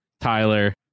Tyler